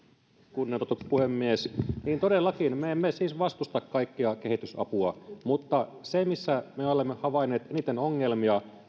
kunnioitettu puhemies niin todellakin me emme siis vastusta kaikkea kehitysapua mutta se missä me olemme havainneet eniten ongelmia